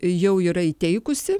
jau yra įteikusi